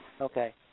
Okay